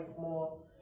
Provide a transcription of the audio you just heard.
more